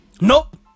Nope